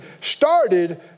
started